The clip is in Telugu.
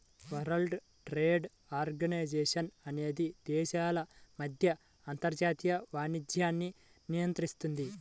వరల్డ్ ట్రేడ్ ఆర్గనైజేషన్ అనేది దేశాల మధ్య అంతర్జాతీయ వాణిజ్యాన్ని నియంత్రిస్తుంది